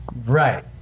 Right